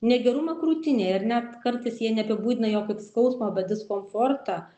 negerumą krūtinėje ar ne kartais jie neapibūdina jo kaip skausmą bet diskomfortą